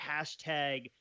hashtag